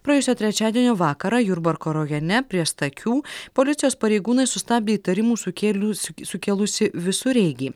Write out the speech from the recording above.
praėjusio trečiadienio vakarą jurbarko rajone prie stakių policijos pareigūnai sustabdė įtarimų sukėlusį sukėlusį visureigį